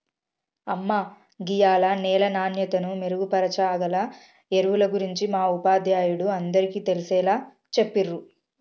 అమ్మ గీయాల నేల నాణ్యతను మెరుగుపరచాగల ఎరువుల గురించి మా ఉపాధ్యాయుడు అందరికీ తెలిసేలా చెప్పిర్రు